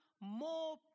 more